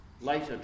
later